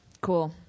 Cool